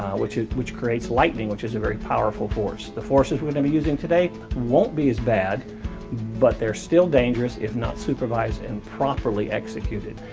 which is which creates lightning which is a very powerful force. the forces we are going to be using today won't be as bad but they're still dangerous if not supervised and properly executed.